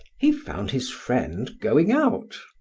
he found his friend going out.